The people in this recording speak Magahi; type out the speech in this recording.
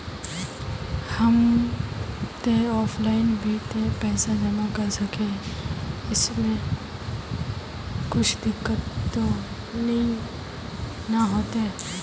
हम ते ऑफलाइन भी ते पैसा जमा कर सके है ऐमे कुछ दिक्कत ते नय न होते?